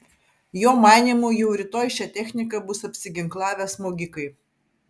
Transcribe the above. jo manymu jau rytoj šia technika bus apsiginklavę smogikai